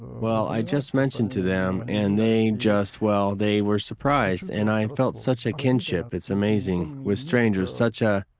well, i just mentioned to them, and they just, well, they were surprised and, i felt such a kinship, it's amazing, with strangers, such a,